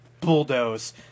bulldoze